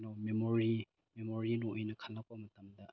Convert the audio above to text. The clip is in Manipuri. ꯂꯣ ꯃꯦꯃꯣꯔꯤ ꯃꯦꯃꯣꯔꯤ ꯂꯣ ꯑꯣꯏꯅ ꯈꯜꯂꯛꯄ ꯃꯇꯝꯗ